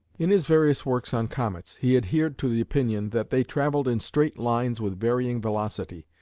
in his various works on comets, he adhered to the opinion that they travelled in straight lines with varying velocity.